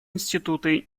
институты